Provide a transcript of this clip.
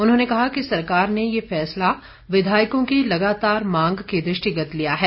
उन्होंने कहा कि सरकार ने ये फैसला विधायकों की लगातार मांग के दृष्टिगत लिया है